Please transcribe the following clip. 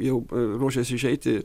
jau ruošiasi išeiti